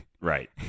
Right